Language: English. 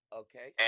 okay